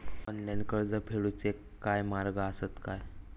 Online कर्ज फेडूचे काय मार्ग आसत काय?